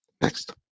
Next